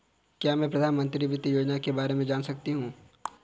क्या मैं प्रधानमंत्री वित्त योजना के बारे में जान सकती हूँ?